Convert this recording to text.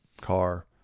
car